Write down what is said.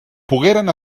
pogueren